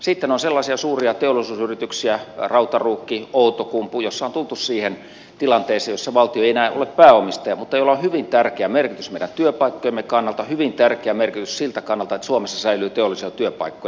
sitten on sellaisia suuria teollisuusyrityksiä rautaruukki outokumpu joissa on tultu siihen tilanteeseen jossa valtio ei ole enää pääomistaja mutta joilla on hyvin tärkeä merkitys meidän työpaikkojemme kannalta hyvin tärkeä merkitys siltä kannalta että suomessa säilyy teollisia työpaikkoja